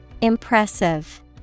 Impressive